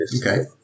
Okay